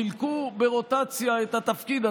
חילקו ברוטציה את התפקיד.